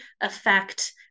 affect